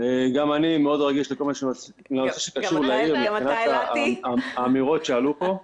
גם אני מאוד רגיש לכל מה שקשור לעיר מבחינת האמירות שעלו פה.